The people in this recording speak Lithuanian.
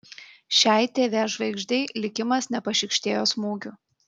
šiai tv žvaigždei likimas nepašykštėjo smūgių